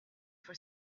for